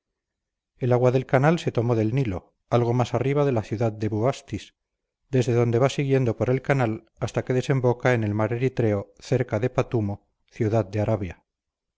el agua del canal se tomó del nilo algo más arriba de la ciudad de bubastis desde donde va siguiendo por el canal hasta que desemboca en el mar eritreo cerca de patumo ciudad de arabia